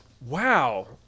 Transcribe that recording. wow